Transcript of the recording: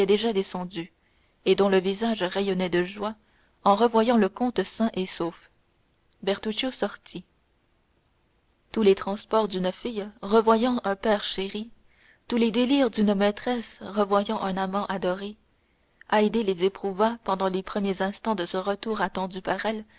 déjà descendue et dont le visage rayonnait de joie en revoyant le comte sain et sauf bertuccio sortit tous les transports d'une fille revoyant un père chéri tous les délires d'une maîtresse revoyant un amant adoré haydée les éprouva pendant les premiers instants de ce retour attendu par elle